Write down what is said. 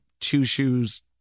two-shoes